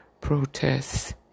protests